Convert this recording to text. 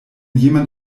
jemand